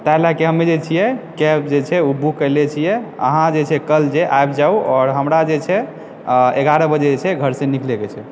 ताहि लेके हम कैब जे छै ओ बुक केने छियै आहाँ कल जे छै आबि जाउ आओर हमरा जे छै एगारह बजे घरसँ निकलै के छै